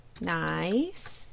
Nice